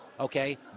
Okay